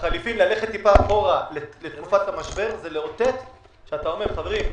ולחליפין ללכת קצת אחורה לתקופת המשבר זה לאותת ולומר: חברים,